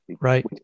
Right